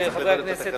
חברי הכנסת,